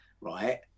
right